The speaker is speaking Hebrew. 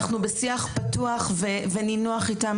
אנחנו בשיח פתוח ונינוח איתם.